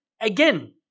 again